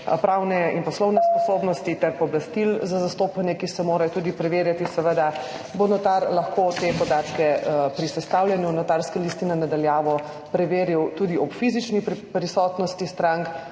pravne in poslovne sposobnosti ter pooblastil za zastopanje, ki se morajo seveda tudi preverjati, bo notar lahko te podatke pri sestavljanju notarske listine na daljavo preveril tudi ob fizični prisotnosti strank,